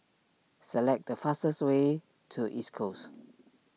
select the fastest way to East Coast